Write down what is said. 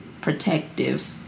protective